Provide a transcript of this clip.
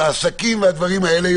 העסקים והדברים האלה,